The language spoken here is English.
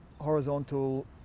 horizontal